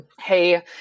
hey